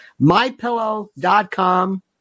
MyPillow.com